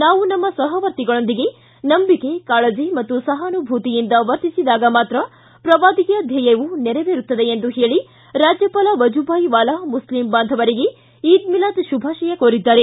ನಾವು ನಮ್ಮ ಸಹವರ್ತಿಗಳೊಂದಿಗೆ ನಂಬಿಕೆ ಕಾಳಜಿ ಮತ್ತು ಸಹಾನುಭೂತಿಯಿಂದ ವರ್ತಿಸಿದಾಗ ಮಾತ್ರ ಪ್ರವಾದಿಯ ಧ್ವೇಯವು ನೆರವೇರುತ್ತದೆ ಎಂದು ಹೇಳಿ ರಾಜ್ಯಪಾಲ ವಜುಭಾಯ್ ವಾಲಾ ಮುಸ್ಲಿಂ ಬಾಂಧವರಿಗೆ ಈದ್ ಮಿಲಾದ್ ಶುಭಾಶಯ ಕೋರಿದ್ದಾರೆ